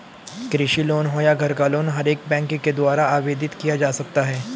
कृषि लोन हो या घर का लोन हर एक बैंक के द्वारा आवेदित किया जा सकता है